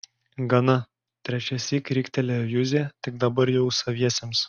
gana trečiąsyk riktelėjo juzė tik dabar jau saviesiems